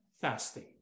fasting